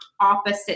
opposite